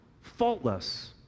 faultless